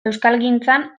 euskalgintzan